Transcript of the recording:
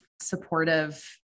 supportive